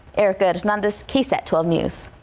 eric goodman, this ksat twelve news.